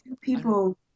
people